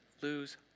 lose